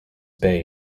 bay